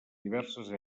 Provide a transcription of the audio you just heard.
diverses